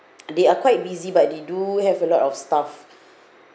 they are quite busy but they do have a lot of staff